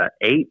eight